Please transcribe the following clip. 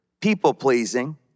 people-pleasing